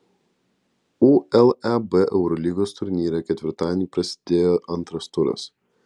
uleb eurolygos turnyre ketvirtadienį prasidėjo antras turas